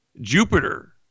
Jupiter